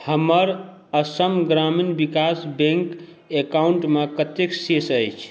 हमर असम ग्रामीण विकास बैंक अकाउंटमे कतेक शेष अछि